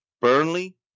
Burnley